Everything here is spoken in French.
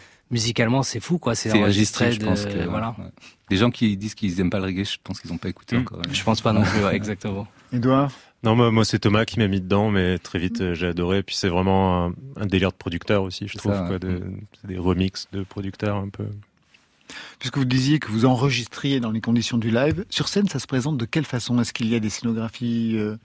musicalement, c'est fou, quoi, c'est C'est enregistré un registre, je pense de- que- voilà. Ouais. Les gens qui disent qu'ils aiment pas le reggae, je pense qu'ils ont pas écouté Mhm. encore, hein. Je pense pas non plus, ouais, exactement. Édouard ? Non, moi- moi, c'est Thomas qui m'a mis dedans, mais très vite, euh, j'ai adoré. Puis c'est vraiment un- un délire de producteur aussi, je C'est trouve, ça, ouais. quoi, de- Mhm. c'est des remixes de producteurs un peu. Puisque vous disiez que vous enregistriez dans les conditions du live, sur scène, ça se présente de quelle façon ? Est-ce qu'il y a des scénographies, euh,